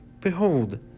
Behold